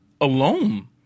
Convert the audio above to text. alone